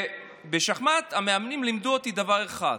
בשחמט המאמנים לימדו אותי דבר אחד: